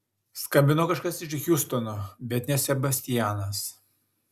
skambino kažkas iš hjustono bet ne sebastianas